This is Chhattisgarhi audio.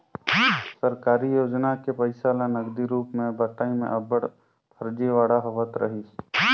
सरकारी योजना के पइसा ल नगदी रूप में बंटई में अब्बड़ फरजीवाड़ा होवत रहिस